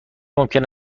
ممکن